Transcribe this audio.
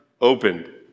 opened